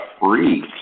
free